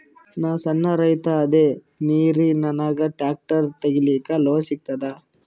ನಾನ್ ಸಣ್ ರೈತ ಅದೇನೀರಿ ನನಗ ಟ್ಟ್ರ್ಯಾಕ್ಟರಿ ತಗಲಿಕ ಲೋನ್ ಸಿಗತದ?